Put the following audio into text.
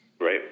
Right